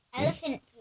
Elephant